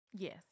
Yes